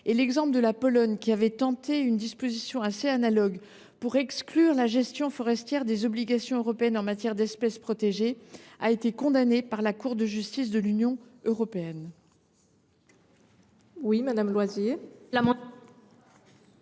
Notez que la Pologne, qui avait tenté d’introduire une disposition analogue visant à exclure la gestion forestière des obligations européennes en matière d’espèces protégées, a été condamnée par la Cour de justice de l’Union européenne